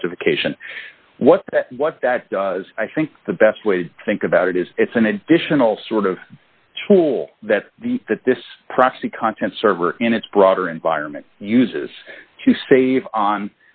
specification what what that does i think the best way to think about it is it's an additional sort of tool that the that this proxy content server in its broader environment uses to save on